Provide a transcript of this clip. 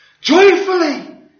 Joyfully